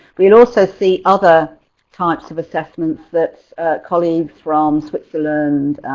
you'll also see other types of assessments that colleagues from switzerland,